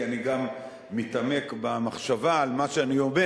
כי אני גם מתעמק במחשבה על מה שאני אומר,